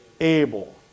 able